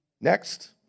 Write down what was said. Next